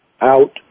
out